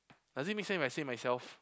does it make sense if I say myself